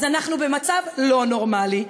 אז אנחנו במצב לא נורמלי,